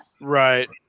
right